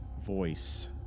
voice